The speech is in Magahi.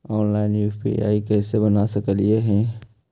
ऑनलाइन यु.पी.आई कैसे बना सकली ही?